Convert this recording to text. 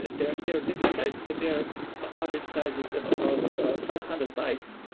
there there are different sizes, but their average size is about five hundred bytes.